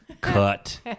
cut